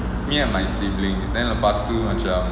me and my siblings then lepas tu macam